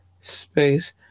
space